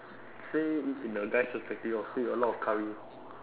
say it in the guy's perspective I'll fill with a lot of curry